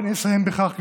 ואני אסיים בכך,